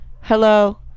hello